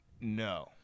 No